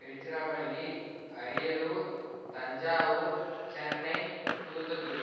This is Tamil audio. திருச்சிராப்பள்ளி அரியலூர் தஞ்சாவூர் சென்னை தூத்துக்குடி